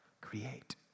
create